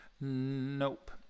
Nope